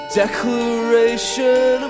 declaration